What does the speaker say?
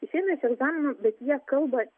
išeina iš egzamino bet jie kalba